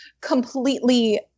completely